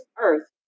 earth